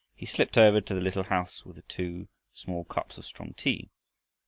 he slipped over to the little house with two small cups of strong tea.